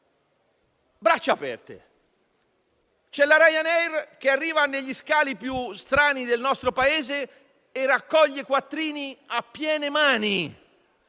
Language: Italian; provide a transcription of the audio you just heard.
braccia aperte. La Ryanair arriva negli scali più strani del nostro Paese e raccoglie quattrini a piene mani: